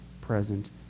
present